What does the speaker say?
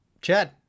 chad